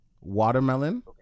watermelon